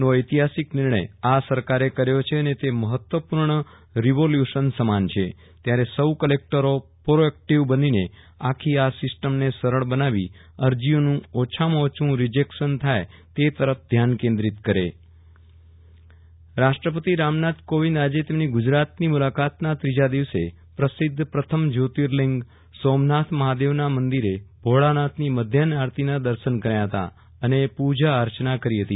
નો ઐતિહાસિક નિર્જ્ય આ સરકારે કર્યો છે અને તે મહત્વપૂર્ણ રિવોલ્યુશન સમાન છે ત્યારે સૌ કલેક્ટરો પ્રોએક્ટિવ બનીને આખી આ સિસ્ટમને સરળ બનાવી અરજીઓનું ઓછામાં ઓછું રિજેક્શન થાય તે તરફ ધ્યાન કેન્દ્રીત કરે વિરલ રાણા રાષ્ટ્રપતિ ગુજરાત મુલાકાત રાષ્ટ્રપતિ રામનાથ કોવિંદ આજે તેમની ગુજરાતની મુલાકાતના ત્રીજા દિવસે પ્રસિધ્ધ પ્રથમ જયોર્તીલીંગ સોમનાથ મહાદેવના મંદિરે ભોળાનાથની મધ્યાન આરતીના દર્શન કર્યા હતા અને પુજા અર્ચના કરી હતી